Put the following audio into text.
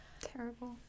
terrible